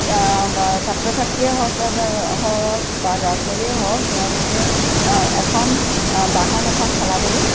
ছাত্ৰ ছাত্ৰীয়ে হওক হওক বা ল'ৰা ছোৱালীয়ে হওক তেওঁলোকে এখন বাহন এখন চলাবলৈ